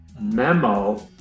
memo